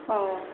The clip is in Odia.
ହଉ